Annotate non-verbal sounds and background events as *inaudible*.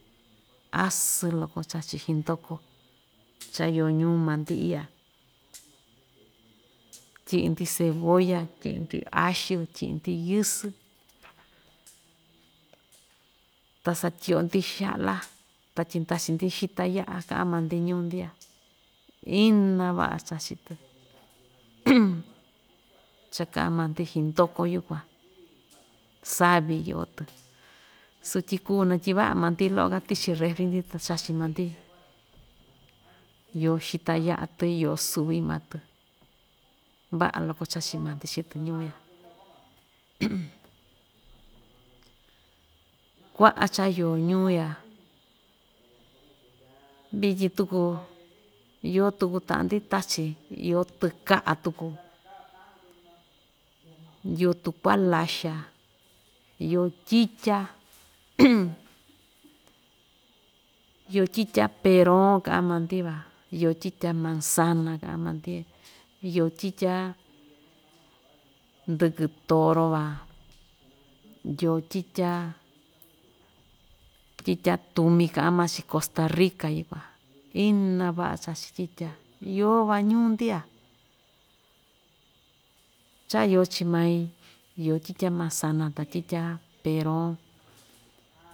Asɨn loko chachi xindoko cha iyo ñuu maa‑ndi iya, tyiꞌi‑ndi cebolla tyiꞌi‑ndi ayu tyiꞌi‑ndi yɨsɨ ta satyiꞌyo‑ndi xaꞌla ta tyindachi‑ndi xita yaꞌa kaꞌan maa‑ndi ñuu‑ndi ya ina vaꞌa chachi‑tɨ *noise* cha kaꞌan maa‑ndi xindoko yukuan, saavi iyo‑tɨ sutyi kuu natyivaꞌa maa‑ndi loꞌo‑ka tichi refri‑ndi ta chachi maa‑ndi iyo xita yaꞌa‑tɨ iyo suvi maa‑tɨ vaꞌa loko chachi maa‑ndi chii‑tɨ ñuu ya *noise* kuaꞌa cha iyo ñuu‑ya vityin tuku iyo tuku taꞌa‑ndi tachi iyo tɨkaꞌa tuku *noise* iyo tukuaa laxa, iyo tyitya *noise* iyo tyitya peroo kaꞌan maa‑ndi van iyo tyitya manzana kaꞌan maa‑ndi iyo tyitya ndɨkɨ toro van iyo tyitya tyitya tumi kaꞌan maa‑chi costa rica yukuan ina vaꞌa chachi tyitya iyo‑van ñuu‑ndi‑ya chaa iyo chii mai, iyo tyitya manzana ta tyitya peron.